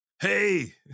Hey